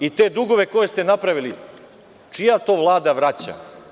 I te dugove koje ste napravili, čija to Vlada vraća?